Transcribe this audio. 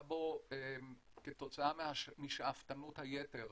כתוצאה משאפתנות היתר,